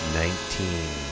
nineteen